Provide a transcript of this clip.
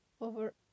Over